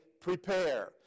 prepare